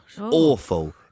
awful